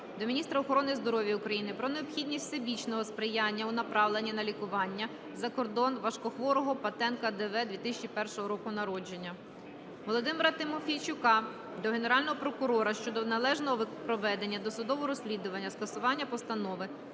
до міністра охорони здоров'я України про необхідність всебічного сприяння у направленні на лікування за кордон важкохворого Патенка Д.В., 2001 року народження. Володимира Тимофійчука до Генерального прокурора щодо неналежного проведення досудового розслідування, скасування постанови